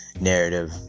narrative